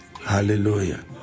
Hallelujah